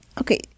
Okay